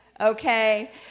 okay